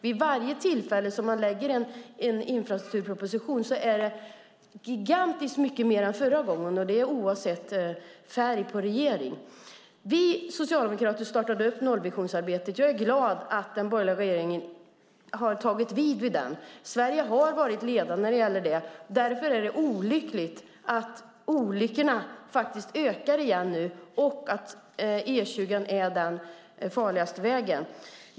Vid varje tillfälle som en infrastrukturproposition läggs fram är den gigantiskt mycket större än gången innan, och det oavsett färg på regering. Vi socialdemokrater startade nollvisionsarbetet. Jag är glad att den borgerliga regeringen har tagit vid och fortsatt det arbetet. Sverige har varit ledande. Därför är det olyckligt att olyckorna åter ökar, och E20 är den farligaste vägen.